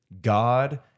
God